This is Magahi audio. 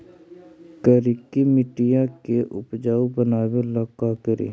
करिकी मिट्टियां के उपजाऊ बनावे ला का करी?